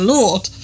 Lord